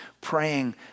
praying